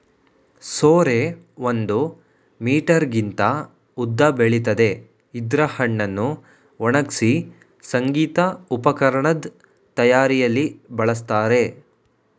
ಸೋರೆ ಒಂದು ಮೀಟರ್ಗಿಂತ ಉದ್ದ ಬೆಳಿತದೆ ಇದ್ರ ಹಣ್ಣನ್ನು ಒಣಗ್ಸಿ ಸಂಗೀತ ಉಪಕರಣದ್ ತಯಾರಿಯಲ್ಲಿ ಬಳಸ್ತಾರೆ